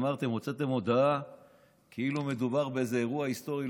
הוצאתם הודעה כאילו מדובר באיזה אירוע היסטורי.